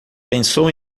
pensou